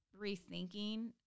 rethinking